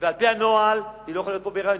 ועל-פי הנוהל היא לא יכולה להיות פה בהיריון.